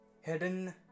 hidden